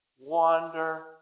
wander